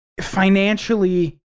financially